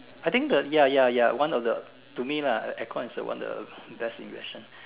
I think the ya ya ya one of the to me lah aircon is the one of the best invention